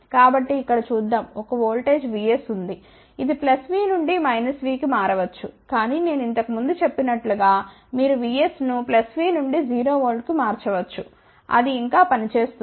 కాబట్టి ఇక్కడ చూద్దాం ఒక ఓల్టేజ్ Vs ఉంది ఇది V నుండి V కి మారవచ్చు కాని నేను ఇంతకు ముందు చెప్పినట్లు గా మీరు Vs ను V నుండి 0 వోల్ట్కు మార్చవచ్చు అది ఇంకా పని చేస్తుంది